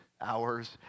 hours